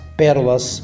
pérolas